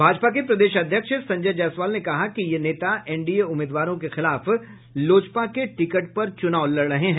भाजपा के प्रदेश अध्यक्ष संजय जायसवाल ने कहा कि ये नेता एनडीए उम्मीदवारों के खिलाफ लोजपा के टिकट पर चुनाव लड़ रहे हैं